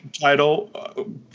title